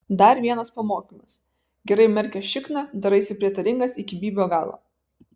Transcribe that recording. dar vienas pamokymas gerai įmerkęs šikną daraisi prietaringas iki bybio galo